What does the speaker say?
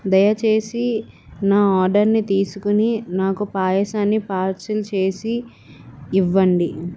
దయచేసి నా ఆర్డర్ని తీసుకుని నాకు పాయసాన్ని పార్సిల్ చేసి ఇవ్వండి